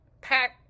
pack